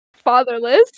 fatherless